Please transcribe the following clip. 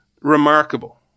remarkable